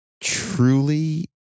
truly